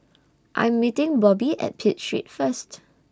I'm meeting Bobbi At Pitt Street First